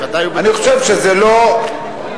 אני חושב שזה לא בסדר.